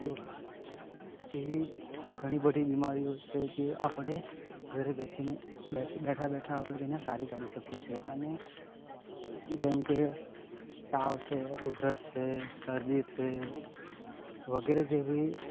જો એવી ઘણી બધી બીમારીઓ છે જે આપણે ઘરે બેઠા બેઠા આપણે તેને સારી કરી શકીએ છીએ અને જેમકે તાવ છે ઉધરસ છે શરદી છે વગેરે જેવી